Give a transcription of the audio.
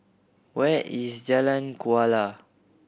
where is Jalan Kuala